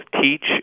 teach